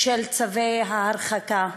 של צווי הרחקה.